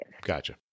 Gotcha